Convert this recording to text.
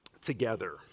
together